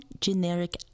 generic